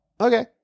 Okay